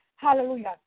Hallelujah